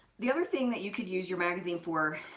the other thing that you could use your magazine for,